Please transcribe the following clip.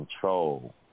control